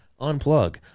unplug